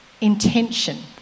intention